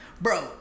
Bro